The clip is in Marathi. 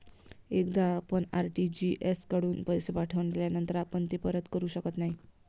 एकदा आपण आर.टी.जी.एस कडून पैसे पाठविल्यानंतर आपण ते परत करू शकत नाही